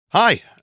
Hi